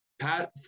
Pat